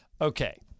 Okay